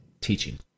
teaching